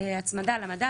הצמדה למדד.